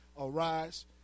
arise